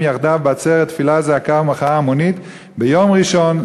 יחדיו בעצרת תפילה זעקה ומחאה המונית ביום ראשון,